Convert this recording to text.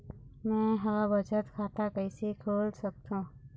मै ह बचत खाता कइसे खोल सकथों?